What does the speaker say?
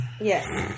Yes